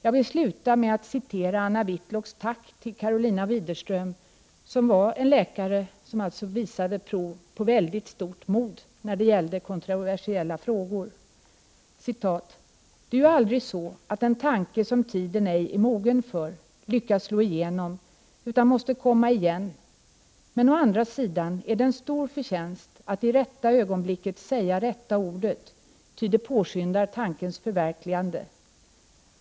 Jag vill avsluta med att citera Anna Whitlocks tack till Karolina Widerström, en läkare som visade prov på mycket stort mod när det gällde kontroversiella frågor: ”Det är ju aldrig så att en tanke som tiden ej är mogen för lyckas slå igenom utan måste komma igen men å andra sidan är det en stor förtjänst att i rätta ögonblicket säga rätta ordet ty det påskyndar tankens förverkligande.